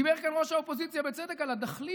דיבר כאן ראש האופוזיציה בצדק על הדחליל.